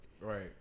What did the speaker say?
Right